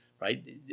right